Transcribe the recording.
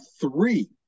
three